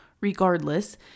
Regardless